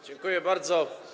Dziękuję bardzo.